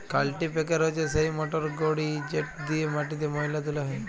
কাল্টিপ্যাকের হছে সেই মটরগড়ি যেট দিঁয়ে মাটিতে ময়লা তুলা হ্যয়